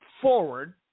forward